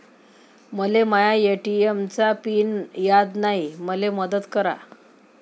मले माया ए.टी.एम चा पिन याद नायी, मले मदत करा